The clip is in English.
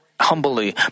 humbly